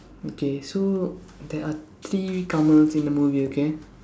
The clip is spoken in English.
okay so there are three Kamals in the movie okay